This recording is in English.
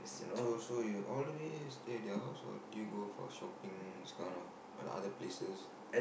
so so you all the way stay at their house or do you go for shopping this kind of uh other places